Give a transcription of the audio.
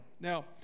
Now